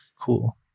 Cool